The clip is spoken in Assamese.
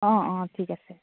অঁ অঁ ঠিক আছে